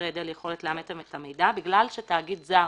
היעדר יכולת לאמת את המידע בגלל שתאגיד זר